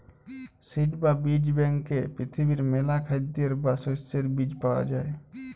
seed বা বীজ ব্যাংকে পৃথিবীর মেলা খাদ্যের বা শস্যের বীজ পায়া যাই